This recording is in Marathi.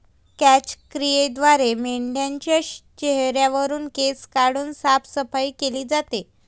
क्रॅच क्रियेद्वारे मेंढाच्या चेहऱ्यावरुन केस काढून साफसफाई केली जाते